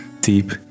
deep